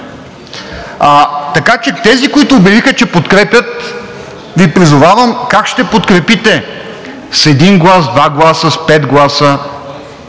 страни. Тези, които обявиха, че подкрепят, Ви призовавам: как ще подкрепите – с един глас, с два гласа, с пет гласа.